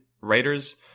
writers